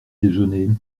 déjeuner